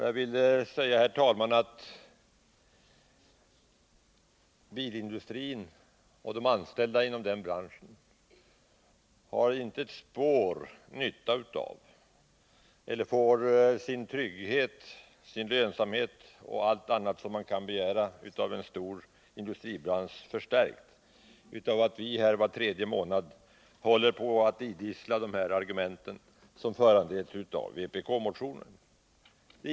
Jag vill säga, herr talman, att bilindustrin och de anställda inom den branschen inte har ett spår nytta av eller får trygghet, lönsamhet och allt annat man kan begära av en stor industribransch förstärkt av att vi var tredje månad idisslar de argument som föranleds av vpk-motionen.